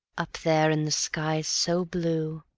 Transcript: up there in the sky so blue,